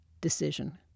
decision